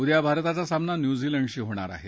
उद्या भारताचा सामना न्यूझीलंडशी होणार आहे